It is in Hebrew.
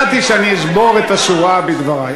לא, ידעתי שאני אשבור את השורה בדברי.